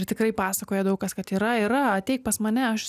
ir tikrai pasakoja daug kas kad yra yra ateik pas mane aš